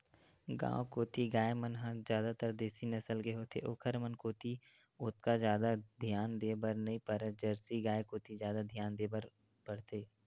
गांव कोती गाय मन ह जादातर देसी नसल के होथे ओखर मन कोती ओतका जादा धियान देय बर नइ परय जरसी गाय कोती जादा धियान देय ल परथे